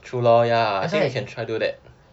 true lor ya I can try do that